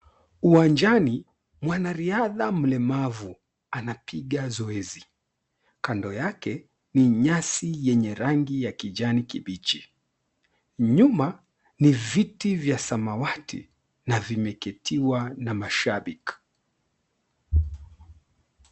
Uwanjani mwanariadha mlemavu anapiga zoezi, kando yake ni nyasi yenye rangi ya kijani kibichi nyuma ni viti vya samawati na vimeketiwa na mashabiki.